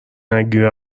نگیری